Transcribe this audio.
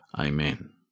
amen